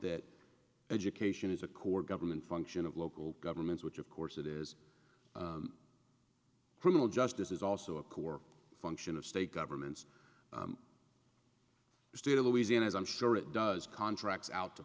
that education is a core government function of local governments which of course it is criminal justice is also a core function of state governments the state of louisiana is i'm sure it does contracts out to